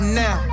now